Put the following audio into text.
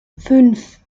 fünf